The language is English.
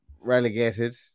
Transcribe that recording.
Relegated